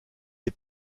est